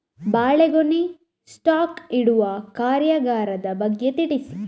ಬಾಳೆಗೊನೆ ಸ್ಟಾಕ್ ಇಡುವ ಕಾರ್ಯಗಾರದ ಬಗ್ಗೆ ತಿಳಿಸಿ